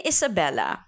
Isabella